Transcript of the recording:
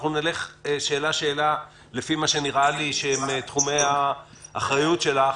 נלך שאלה-שאלה לפי מה שנראה לי שהם תחומי האחריות שלך.